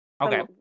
okay